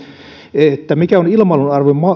että mikä on ilmailun arvo